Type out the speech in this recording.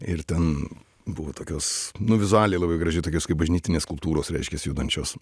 ir ten buvo tokios nu vizualiai labai gražiai tokios kaip bažnytinės skulptūros reiškias judančios